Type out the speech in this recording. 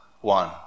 one